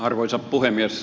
arvoisa puhemies